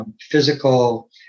physical